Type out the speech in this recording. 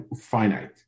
finite